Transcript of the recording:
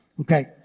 okay